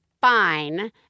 Fine